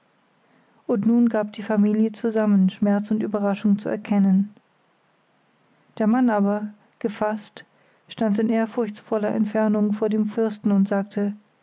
und nun gab die familie zusammen schmerz und überraschung zu erkennen der mann aber gefaßt stand in ehrfurchtsvoller entfernung vor dem fürsten und sagte